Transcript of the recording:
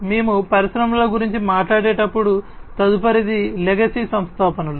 మేము పరిశ్రమల గురించి మాట్లాడేటప్పుడు తదుపరిది లెగసీ సంస్థాపనలు